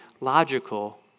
logical